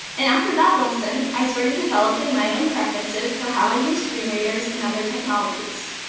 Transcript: and after that lesson, i started developing my own preferences for how i used screen readers and other technologies.